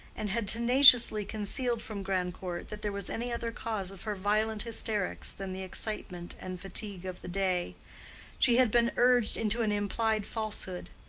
and had tenaciously concealed from grandcourt that there was any other cause of her violent hysterics than the excitement and fatigue of the day she had been urged into an implied falsehood.